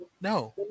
No